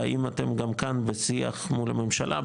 ואם אתם גם כאן בשיח מול הממשלה.